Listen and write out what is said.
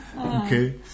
Okay